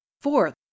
Fourth